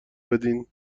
بدین